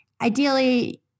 ideally